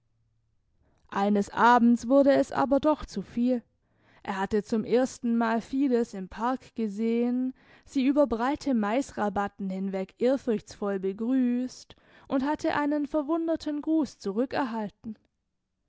eines abends wurde es aber doch zu viel er hatte zum erstenmal fides im park gesehen sie über breite maisrabatten hinweg ehrfurchtsvoll begrüsst und hatte einen verwunderten gruss zurückerhalten